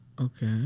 okay